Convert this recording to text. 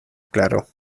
claro